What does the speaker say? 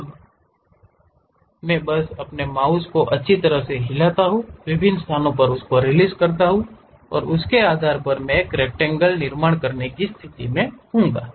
अब मैं बस अपने माउस को अच्छी तरह से हिलाता हूं विभिन्न स्थानों पर रिलीज करता हूं उसके आधार पर मैं एक रक्टैंगल के निर्माण की स्थिति में रहूंगा